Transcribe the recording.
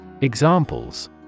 Examples